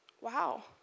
wow